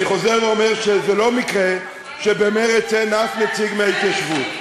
אני חוזר ואומר שזה לא מקרה שבמרצ אין אף נציג מההתיישבות.